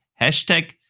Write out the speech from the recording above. Hashtag